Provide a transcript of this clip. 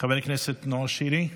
חבר הכנסת נאור שירי,